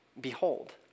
behold